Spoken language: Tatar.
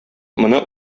моны